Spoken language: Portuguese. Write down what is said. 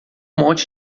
monte